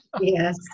Yes